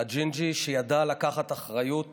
הג'ינג'י שידע לקחת אחריות